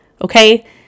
Okay